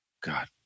God